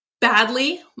Badly